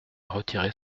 retirer